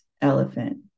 elephant